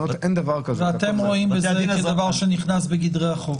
ואתם רואים בזה כדבר שנכנס בגדרי החוק.